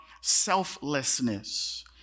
Selflessness